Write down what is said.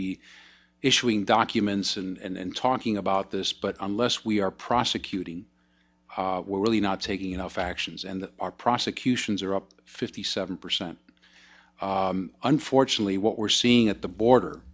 be issuing documents and talking about this but unless we are prosecuting we're really not taking enough actions and our prosecutions are up fifty seven percent unfortunately what we're seeing at the border